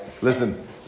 Listen